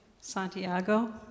Santiago